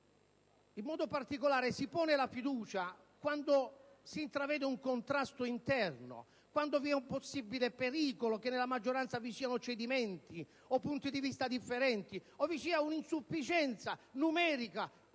In modo particolare, si pone la questione di fiducia quando si intravede un contrasto interno, quando vi è un possibile pericolo che nella maggioranza vi siano cedimenti o punti di vista differenti o vi sia un'insufficienza numerica.